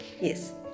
Yes